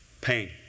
pain